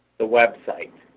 the website.